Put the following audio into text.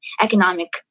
economic